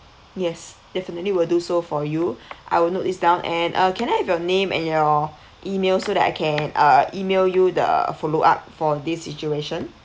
yes definitely will do so for you I will note this down and uh can I have your name and your email so that I can uh email you the follow up for this situation